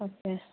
okay